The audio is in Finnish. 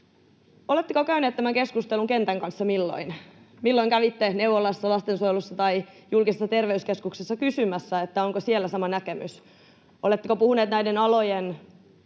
Oletteko käyneet tämän keskustelun kentän kanssa milloin? Milloin kävitte neuvolassa, lastensuojelussa tai julkisessa terveyskeskuksessa kysymässä, onko siellä sama näkemys? Oletteko puhuneet näiden alojen